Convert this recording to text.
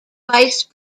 vice